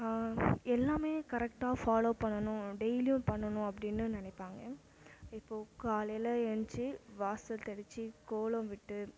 எல்லாமே கரெக்டாக ஃபாலோ பண்ணணும் டெய்லியும் பண்ணணும் அப்படின்னு நினைப்பாங்க இப்போது காலையில் ஏழ்ந்துச்சி வாசல் தெளித்து கோலம் விட்டு